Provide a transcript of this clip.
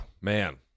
Man